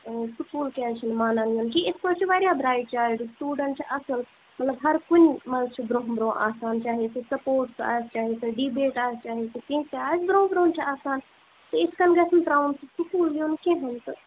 آ سکوٗل کیٛازِ چھُنہِ مانان یُن کہِ یِتھ پٲٹھۍ چھُ واریاہ برٛایٹ چایلڈ سٹوٗڈنٛٹ چھُ اَصٕل مطلب ہرٕ کُنہِ منٛز چھُ برٛونہہ برٛونہہ آسان چاہے سُہ سپوٹس آسہِ چاہے سُہ ڈبیٹ آسہِ چاہے سُہ کینٛہہ تہِ آسہِ برٛونٛہہ برٛونٛہہ چھُ آسان تہِ یِتھ کٔنۍ گژھِ نہٕ تراوُن سُہ سکول یُن کہیٖنۍ تہٕ